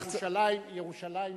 ירושלים במרכז,